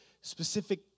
specific